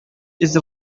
эзе